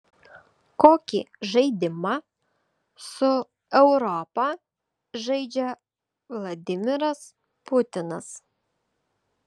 kokį žaidimą su europa žaidžia vladimiras putinas